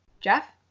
Jeff